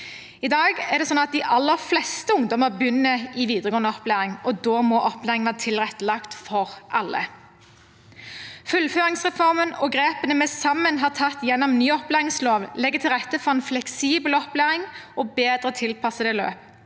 I dag er det sånn at de aller fleste ungdommer begynner i videregående opplæring, og da må opplæringen være tilrettelagt for alle. Fullføringsreformen og grepene vi sammen har tatt gjennom ny opplæringslov, legger til rette for en fleksibel opplæring og bedre tilpassede løp.